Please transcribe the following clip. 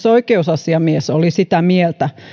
oikeusasiamies oli myös sitä mieltä